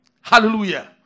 Hallelujah